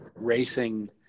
racing